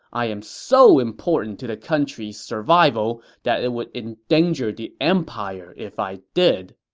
i'm so important to the country's survival that it would endanger the empire if i did.